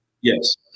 Yes